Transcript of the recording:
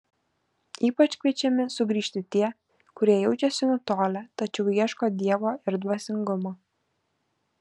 ypač kviečiami sugrįžti tie kurie jaučiasi nutolę tačiau ieško dievo ir dvasingumo